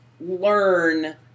learn